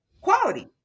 quality